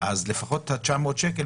אז לפחות את ה-900 שקל,